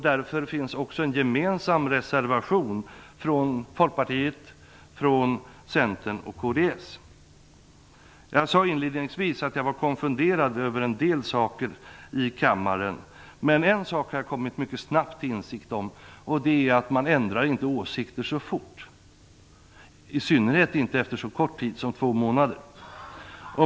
Därför finns också en gemensam reservation från Folkpartiet, Jag sade inledningsvis att jag var konfunderad över en del saker i kammaren. Men en sak har jag mycket snabbt kommit till insikt om. Det är att man inte ändrar åsikter så fort, i synnerhet inte efter så kort tid som två månader.